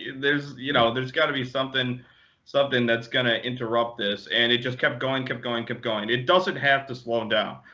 there's you know there's got to be something something that's going to interrupt this. and it just kept going, kept going, kept going. it doesn't have to slow down.